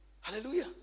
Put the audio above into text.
Hallelujah